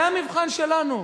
זה המבחן שלנו,